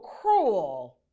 cruel